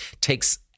takes